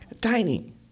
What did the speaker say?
Tiny